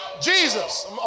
Jesus